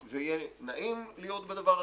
וזה יהיה נעים להיות בדבר הזה,